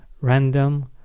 random